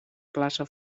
plaça